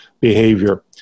behavior